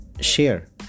share